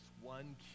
one